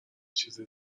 چیز